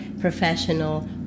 professional